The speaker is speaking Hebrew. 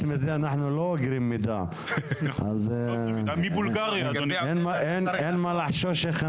מי נכנס ומי יוצא,